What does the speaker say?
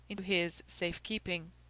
into his safe keeping.